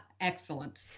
Excellent